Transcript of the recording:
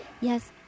Yes